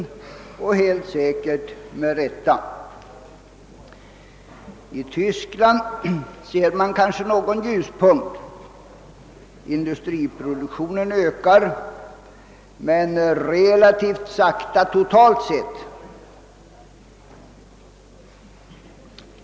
I Tyskland ser man kanske någon ljusning; industriproduktionen ökar men relativt sakta totalt sett.